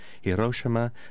Hiroshima